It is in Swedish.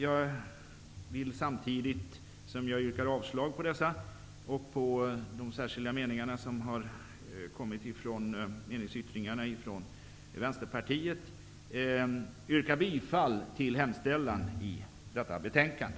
Jag vill samtidigt som jag yrkar avslag på dessa och på meningsyttringen från Vänsterpartiet yrka bifall till hemställan i detta betänkande.